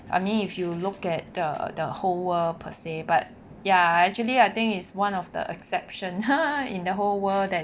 I mean if you look at the whole world per se but ya actually I think it's one of the exception in the whole world that